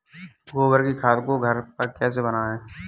गोबर की खाद को घर पर कैसे बनाएँ?